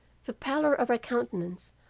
the palor of her countenance,